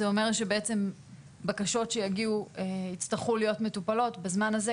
זה אומר שבעצם בקשות שיגיעו יצטרכו להיות מטופלות בזמן הזה,